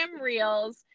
reels